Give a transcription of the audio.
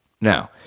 Now